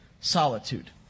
solitude